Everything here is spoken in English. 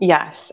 Yes